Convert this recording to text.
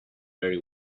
very